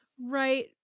right